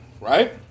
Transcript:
right